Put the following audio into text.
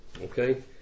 Okay